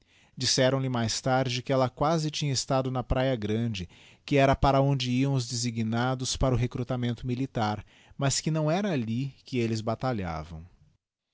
luciano disseram-lhe mais tarde que ella quasi tinha estado na praia grande que era para onde iam os designados para o recrutamento militar mas que não era alli que elles batalhavam